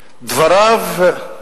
דבריו,